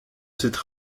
cette